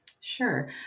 Sure